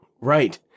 right